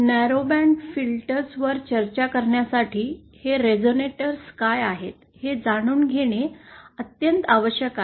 narrow band filters वर चर्चा करण्यासाठी हे रेसोनेटर्स काय आहेत हे जाणून घेणे अत्यंत आवश्यक आहे